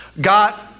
got